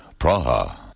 Praha